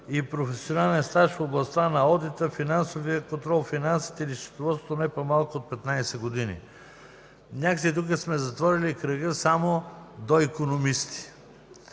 и професионален стаж в областта на одита, финансовия контрол, финанси и счетоводство не по-малко от 15 години“. Някак си тук сме затворили кръга до икономисти.